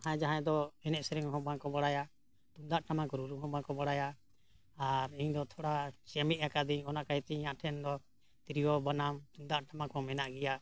ᱡᱟᱦᱟᱸᱭ ᱡᱟᱦᱟᱸᱭ ᱫᱚ ᱮᱱᱮᱡ ᱥᱮᱨᱮᱧ ᱦᱚᱸ ᱵᱟᱝ ᱠᱚ ᱵᱟᱲᱟᱭᱟ ᱛᱩᱢᱫᱟᱜ ᱴᱟᱢᱟᱠ ᱨᱩᱨᱩ ᱦᱚᱸ ᱵᱟᱝᱠᱚ ᱵᱟᱲᱟᱭᱟ ᱟᱨ ᱤᱧᱫᱚ ᱛᱷᱚᱲᱟ ᱪᱮᱢᱮᱫ ᱟᱠᱟᱫᱟᱹᱧ ᱚᱱᱟ ᱠᱟᱭᱛᱮ ᱤᱧ ᱟᱜ ᱴᱷᱮᱱ ᱫᱚ ᱛᱤᱨᱭᱳ ᱵᱟᱱᱟᱢ ᱛᱩᱢᱫᱟᱜ ᱴᱟᱢᱟᱠ ᱦᱚᱸ ᱢᱮᱱᱟᱜ ᱜᱮᱭᱟ